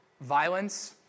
violence